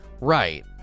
right